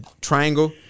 triangle